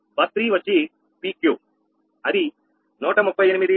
బస్3 వచ్చిPQ అది 138